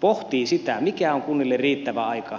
pohtii sitä mikä on kunnille riittävä aika